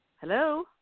Hello